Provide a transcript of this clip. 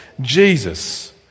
Jesus